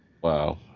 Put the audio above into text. Wow